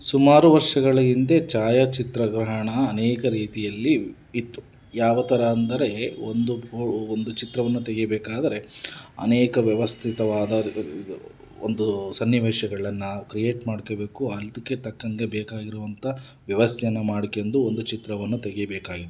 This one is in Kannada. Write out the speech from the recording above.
ಸುಮಾರು ವರ್ಷಗಳ ಹಿಂದೆ ಛಾಯಾಚಿತ್ರಗ್ರಹಣ ಅನೇಕ ರೀತಿಯಲ್ಲಿ ಇತ್ತು ಯಾವ ಥರ ಅಂದರೆ ಒಂದು ಒಂದು ಚಿತ್ರವನ್ನು ತೆಗೆಯಬೇಕಾದರೆ ಅನೇಕ ವ್ಯವಸ್ಥಿತವಾದ ಒಂದು ಸನ್ನಿವೇಶಗಳನ್ನು ಕ್ರಿಯೇಟ್ ಮಾಡ್ಕೋಬೇಕು ಅದಕ್ಕೆ ತಕ್ಕಂತೆ ಬೇಕಾಗಿರುವಂತ ವ್ಯವಸ್ಥೆಯನ್ನು ಮಾಡ್ಕೊಂಡು ಒಂದು ಚಿತ್ರವನ್ನು ತೆಗೆಯಬೇಕಾಗಿತ್ತು